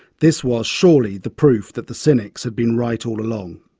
this was surely the proof that the cynics had been right all along.